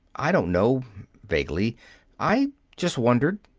i don't know vaguely i just wondered.